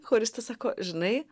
choristas sako žinai